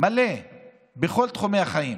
מלא בכל תחומי החיים.